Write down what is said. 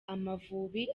amavubi